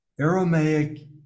Aramaic